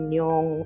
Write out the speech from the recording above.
yung